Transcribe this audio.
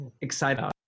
excited